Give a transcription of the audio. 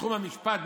בתחום המשפט,